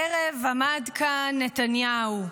הערב עמד כאן נתניהו.